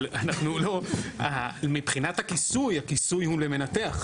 אבל אנחנו לא, מבחינת הכיסוי הוא למנתח.